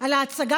על ההצגה